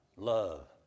Love